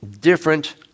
different